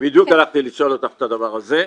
בדיוק הלכתי לשאול אותך את הדבר הזה.